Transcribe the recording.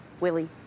Willie